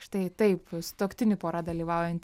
štai taip sutuoktinių pora dalyvaujanti